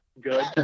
good